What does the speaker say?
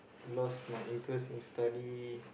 lost my interest in study